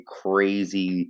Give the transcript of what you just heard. crazy